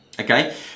Okay